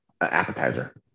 appetizer